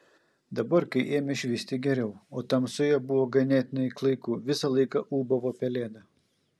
dabar kai ėmė švisti geriau o tamsoje buvo ganėtinai klaiku visą laiką ūbavo pelėda